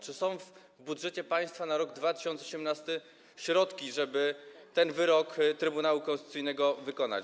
Czy są w budżecie państwa na rok 2018 środki, żeby ten wyrok Trybunału Konstytucyjnego wykonać?